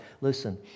Listen